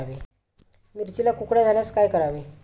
मिरचीला कुकड्या झाल्यास काय करावे?